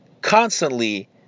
constantly